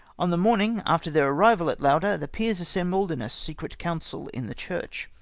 on the morning after their arrival at lauder, the peers assembled in a secret council, in the church,